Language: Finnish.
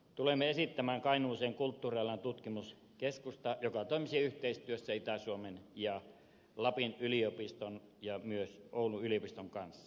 tulemme esittämään kainuuseen kulttuurialan tutkimuskeskusta joka toimisi yhteistyössä itä suomen ja lapin yliopiston ja myös oulun yliopiston kanssa